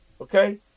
Okay